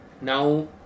Now